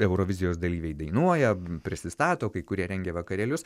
eurovizijos dalyviai dainuoja prisistato kai kurie rengia vakarėlius